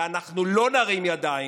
ואנחנו לא נרים ידיים.